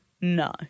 no